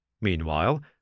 Meanwhile